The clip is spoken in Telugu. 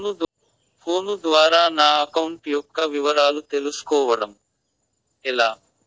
ఫోను ద్వారా నా అకౌంట్ యొక్క వివరాలు తెలుస్కోవడం ఎలా?